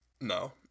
No